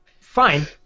fine